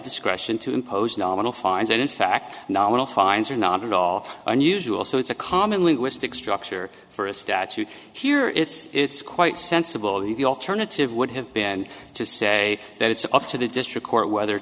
discretion to impose nominal fines and in fact nominal fines are not at all unusual so it's a common linguistic structure for a statute here it's quite sensible the alternative would have been to say that it's up to the district court whether